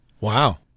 Wow